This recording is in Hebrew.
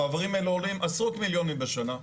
המעברים האלה עולים עשרות מיליונים בשנה.